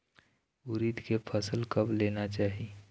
उरीद के फसल कब लेना चाही?